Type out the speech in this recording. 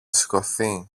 σηκωθεί